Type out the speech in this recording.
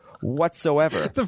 whatsoever